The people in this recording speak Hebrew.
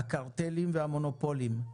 הקרטלים והמונופולים,